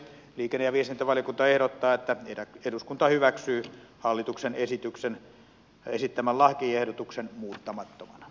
liikenne ja viestintävaliokunta ehdottaa että eduskunta hyväksyy hallituksen esityksen esittämän lakiehdotuksen muuttamattomana